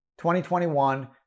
2021